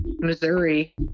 Missouri